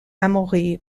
amaury